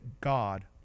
God